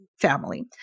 family